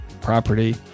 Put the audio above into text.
property